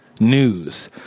news